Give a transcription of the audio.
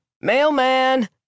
mailman